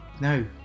No